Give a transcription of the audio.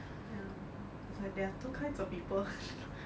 ya is like there are two kinds of people